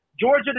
Georgia